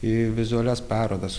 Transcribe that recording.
į vizualias parodas